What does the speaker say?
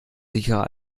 sicherer